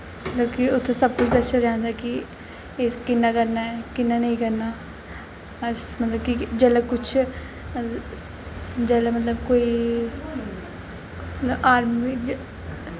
मतलब कि उ'त्थें सब कुछ दस्सेआ जंदा ऐ कि एह् कि'यां करना ऐ कि'यां नेईं करना अस मतलब कि जेल्लै कुछ जेल्लै मतलब कोई आर्मी